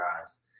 guys